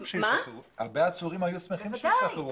הרבה עצורים היו שמחים שישחררו